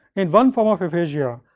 in one form of aphasia,